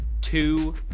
two